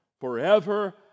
forever